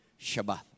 Shabbat